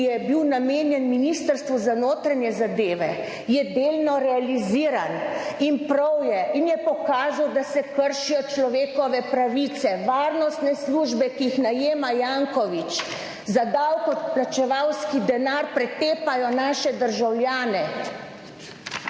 ki je bil namenjen Ministrstvu za notranje zadeve je delno realiziran in prav je in je pokazal, da se kršijo človekove pravice, varnostne službe, ki jih najema Janković. Za davkoplačevalski denar, pretepajo naše državljane